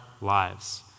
lives